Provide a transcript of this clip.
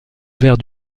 vert